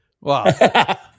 Wow